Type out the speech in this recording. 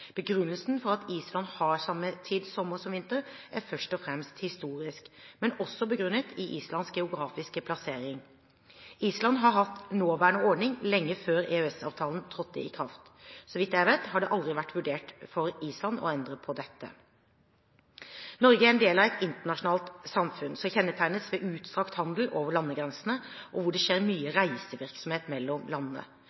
Begrunnelsen for at Island har samme tid sommer som vinter, er først og fremst historisk, men er også begrunnet i Islands geografiske plassering. Island har hatt nåværende ordning lenge før EØS-avtalen trådte i kraft. Så vidt jeg vet, har det aldri vært vurdert som aktuelt for Island å endre på dette. Norge er en del av et internasjonalt samfunn som kjennetegnes ved utstrakt handel over landegrensene, og at det skjer mye